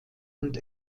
und